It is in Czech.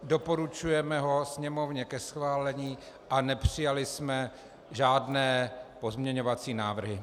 Doporučujeme ho Sněmovně ke schválení a nepřijali jsme žádné pozměňovací návrhy.